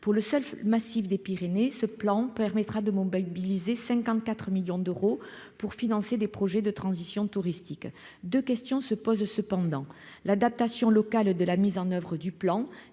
pour le seul massif des Pyrénées : ce plan permettra de Mumbai mobilisé 54 millions d'euros pour financer des projets de transition touristique, 2 questions se posent cependant l'adaptation locale de la mise en oeuvre du plan,